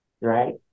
Right